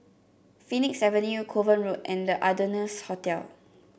Phoenix Avenue Kovan Road and The Ardennes Hotel